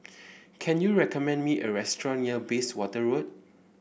can you recommend me a restaurant near Bayswater Road